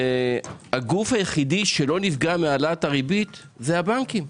הגוף היחיד שלא נפגע מהעלאת הריבית זה הבנקים.